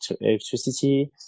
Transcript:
electricity